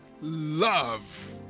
love